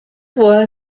was